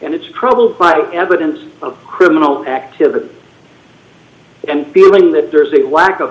and it's probably evidence of criminal activity and feeling that there's a lack of